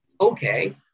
okay